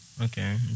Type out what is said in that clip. okay